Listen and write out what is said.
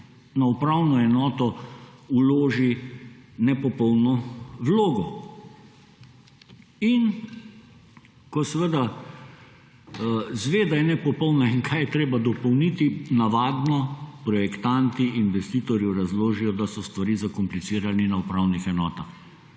na upravno enoto vloži nepopolno vlogo. In ko seveda izve, da je nepopolna in kaj je treba dopolniti, navadno projektanti investitorju razložijo, da so stvari zakomplicirali na upravnih enotah.